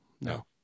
No